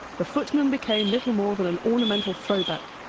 the footman became little more than an ornamental throwback,